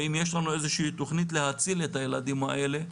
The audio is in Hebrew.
והאם יש לנו איזושהי תוכנית להציל את הילדים האלה,